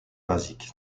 basique